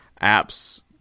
apps